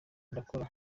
ndakora